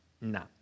No